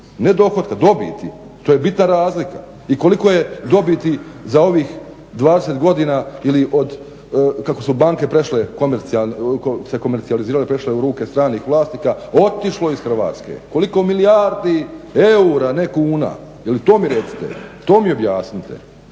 ne dohotka, dobiti, to je bitna razlika i koliko je dobiti za ovih 20 godina ili od kako su banke se komercijalizirale, prešle u ruke stranih vlasnika, otišlo iz Hrvatske. Koliko milijardi eura, ne kuna, jel to mi recite, to mi objasnite.